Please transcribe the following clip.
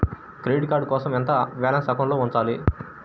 Credit card కోసం ఎంత balance అకౌంట్లో ఉంచాలి?